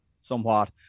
somewhat